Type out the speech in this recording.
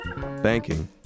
Banking